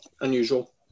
unusual